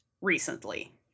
recently